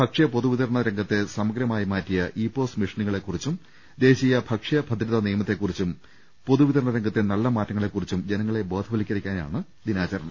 ഭക്ഷ്യ പൊതുവി തരണ രംഗത്തെ സമഗ്രമായി മാറ്റിയ ഇ പോസ് മെഷീനുകളെകുറിച്ചും ദേശീയ ഭക്ഷ്യഭദ്രതാനിയമത്തെകുറിച്ചും പൊതുവിതരണ രംഗത്തെ നല്ല മാറ്റങ്ങളെ കുറിച്ചും ജനങ്ങളെ ബോധവൽക്കരിക്കാനാണ് ദിനാചരണം